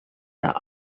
are